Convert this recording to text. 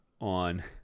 on